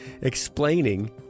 explaining